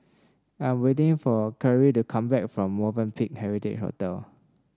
I'm waiting for Karie to come back from Movenpick Heritage Hotel